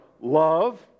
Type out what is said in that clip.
love